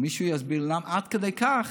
עד כדי כך